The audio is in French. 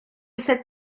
cette